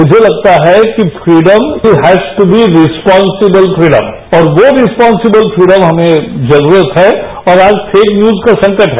मुझे लगता है कि freedom has to be responsible freedom और वो रिस्पान्सिबल फ्रीडम हमें जरूरत है और आज फेक न्यूज का संकट है